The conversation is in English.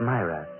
Myra